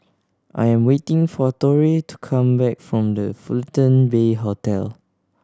I am waiting for Torie to come back from The Fullerton Bay Hotel